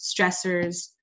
stressors